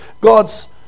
God's